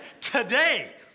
today